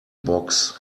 box